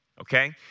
okay